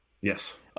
yes